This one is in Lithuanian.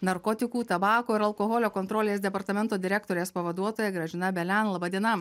narkotikų tabako ir alkoholio kontrolės departamento direktorės pavaduotoja gražina belian laba diena